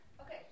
Okay